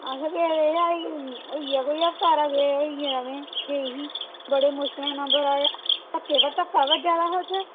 एह् होई गेदा एह् हफ्ता हारा होई गेदा असें नेईं जी बड़े मुशकल कन्नै नंबर आया धक्के पर धक्का चला दा हा ते